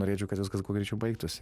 norėčiau kad viskas kuo greičiau baigtųsi